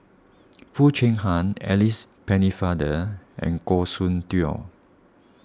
Foo Chee Han Alice Pennefather and Goh Soon Tioe